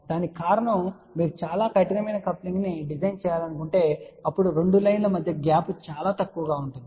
దానికి కారణం మీరు చాలా కఠినమైన కప్లింగ్ ను డిజైన్ చేయాలనుకుంటే అప్పుడు రెండు లైన్ ల మధ్య గ్యాప్ చాలా తక్కువగా మారుతుంది